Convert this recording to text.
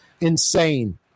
Insane